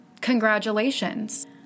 congratulations